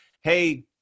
hey